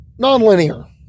nonlinear